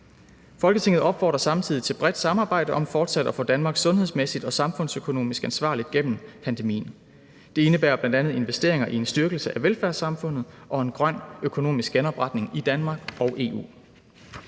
Folketinget opfordrer samtidig til bredt samarbejde om fortsat at få Danmark sundhedsmæssigt og samfundsøkonomisk ansvarligt gennem pandemien. Det indebærer bl.a. investeringer i en styrkelse af velfærdssamfundet og en grøn økonomisk genopretning i Danmark og EU.«